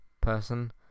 person